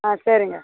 ஆ சரிங்க